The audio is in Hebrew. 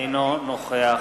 אינו נוכח